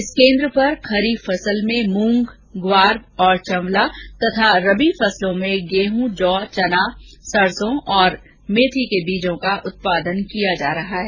इस केन्द्र पर खरीफ फसल में मूंग ग्वार और चवला तथा रबी फसलों में गेह जौ चना सरसों मैथी के बीज का उत्पादन किया जा रहा है